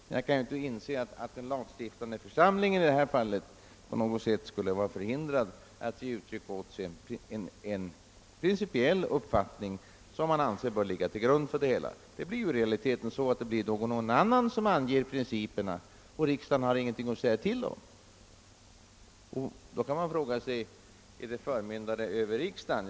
Men jag kan inte inse att den lagstiftande församlingen på något sätt skulle vara förhindrad att ge uttryck åt en principiell uppfattning. I realiteten blir det annars någon annan som anger principerna och riksdagen får ingenting att säga till om. Man kan fråga sig, om vederbörande då agerar som förmyndare över riksdagen.